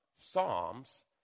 Psalms